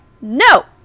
No